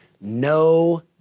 no